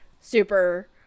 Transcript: super